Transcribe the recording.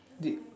the